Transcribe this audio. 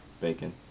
bacon